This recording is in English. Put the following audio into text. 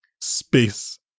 space